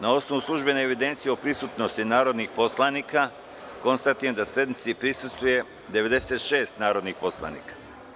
Na osnovu službene evidencije o prisutnosti narodnih poslanika, konstatujem da sednici prisustvuje 96 narodnih poslanika.